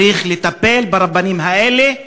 צריך לטפל ברבנים האלה.